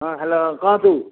ହଁ ହେଲୋ କୁହନ୍ତୁ